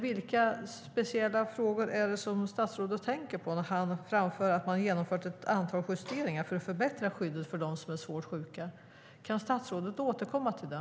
Vilka speciella frågor är det statsrådet tänker på när han framför att man har genomfört ett antal justeringar för att förbättra skyddet för dem som är svårt sjuka? Kan statsrådet återkomma till det?